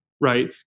Right